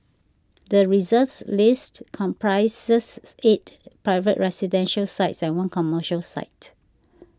the Reserve List comprises eight private residential sites and one commercial site